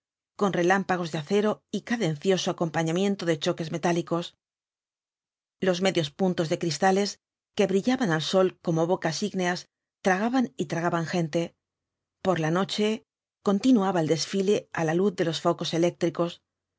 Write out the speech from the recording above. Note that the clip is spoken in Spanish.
con relámpagos de acero y cadencioso acompañamiento de choques metálicos los medios puntos de cristales que brillaban al sol como bocas ígneas tragaban y tragaban gente por la noche continuaba el desfile á la luz de los focos eléctricos